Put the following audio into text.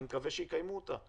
אני מקווה שיקיימו אותה,